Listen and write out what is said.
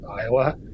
Iowa